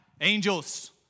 angels